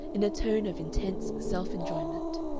in a tone of intense self-enjoyment.